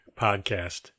podcast